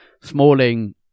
Smalling